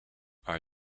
are